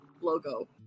logo